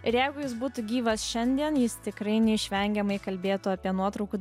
ir jeigu jis būtų gyvas šiandien jis tikrai neišvengiamai kalbėtų apie nuotraukų